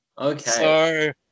Okay